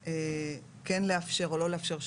כן לאפשר או לא לאפשר,